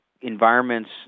environments